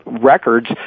records